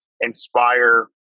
inspire